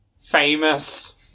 famous